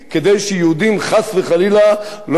לא יוכלו לגור בארץ-ישראל המקראית,